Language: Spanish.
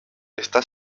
está